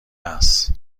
است